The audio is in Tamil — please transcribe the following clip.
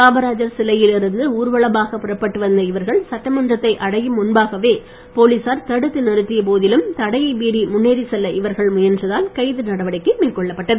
காமராஜர் சிலையில் இருந்து ஊர்வலமாகப் புறப்பட்டு வந்த இவர்கள் சட்டமன்றத்தை அடையும் முன்பாகவே போலீசார் தடுத்து நிறுத்திய போதிலும் தடையை மீறி முன்னேறிச் செல்ல இவர்கள் முயன்றதால் கைது நடவடிக்கை மேற்கொள்ளப் பட்டது